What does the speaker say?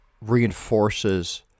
reinforces